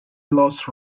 loves